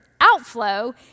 outflow